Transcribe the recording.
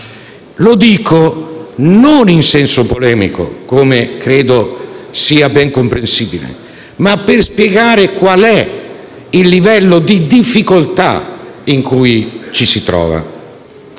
Lo dico non in senso polemico, come credo sia ben comprensibile, ma per spiegare qual è livello di difficoltà in cui ci si trova.